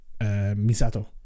Misato